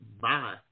Bye